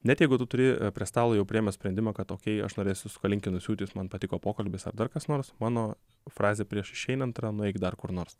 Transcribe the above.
net jeigu tu turi prie stalo jau priėmęs sprendimą kad okei aš norėsiu su kalinkinu siųtis man patiko pokalbis ar dar kas nors mano frazė prieš išeinant yra nueik dar kur nors